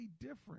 different